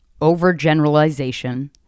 overgeneralization